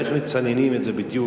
איך מצננים את זה בדיוק?